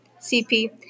CP